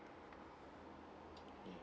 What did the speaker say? ya